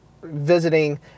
visiting